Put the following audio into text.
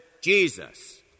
Jesus